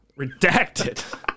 Redacted